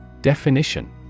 Definition